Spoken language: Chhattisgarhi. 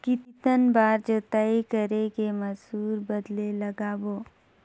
कितन बार जोताई कर के मसूर बदले लगाबो?